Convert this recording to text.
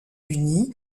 unis